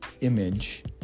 image